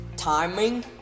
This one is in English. Timing